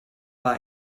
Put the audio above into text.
war